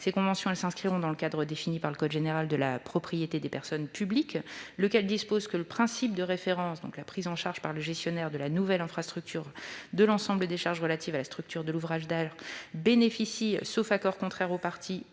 Ces conventions s'inscriront dans le cadre défini par le code général de la propriété des personnes publiques, lequel dispose que le « principe de référence », donc la prise en charge par le gestionnaire de la « nouvelle » infrastructure de l'ensemble des charges relatives à la structure de l'ouvrage, bénéficie, sauf accord contraire des parties,